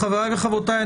חבריי וחברותיי,